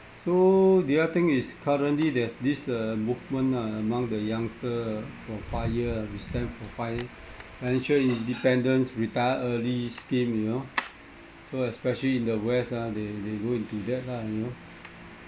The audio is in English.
so the other thing is currently there's this uh movement ah among the youngster for five year we stand for fi~ financial independence retire early scheme you know so especially in the west ah they they go into that lah you know